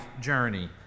journey